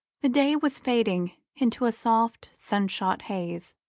the day was fading into a soft sun-shot haze,